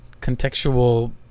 contextual